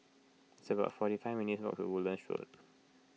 it's about forty five minutes' walk Woodlands Road